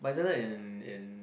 but isn't that in in